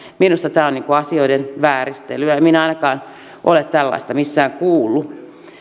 minusta tämä on asioiden vääristelyä en minä ainakaan ole tällaista missään kuullut